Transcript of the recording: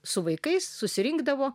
su vaikais susirinkdavo